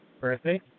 birthday